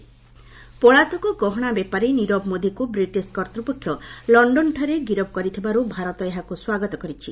MEA Nirav Modi ପଳାତକ ଗହଣା ବେପାରୀ ନିରବ ମୋଦିକୁ ବ୍ରିଟିଶ କର୍ତ୍ତୃପକ୍ଷ ଲଣ୍ଡନଠାରେ ଗିରଫ କରିଥିବାରୁ ଭାରତ ଏହାକୁ ସ୍ୱାଗତ କରିଛି